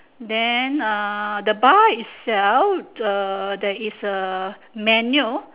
then uh the bar itself the there is a menu